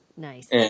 Nice